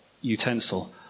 utensil